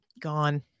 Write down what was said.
gone